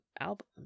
album